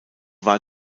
war